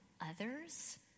others